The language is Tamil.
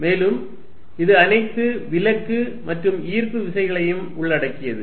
மேலும் இது அனைத்து விலக்கு மற்றும் ஈர்ப்பு விசைகளையும் உள்ளடக்கியது